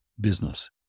business